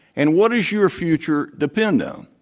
and what does your future depend on?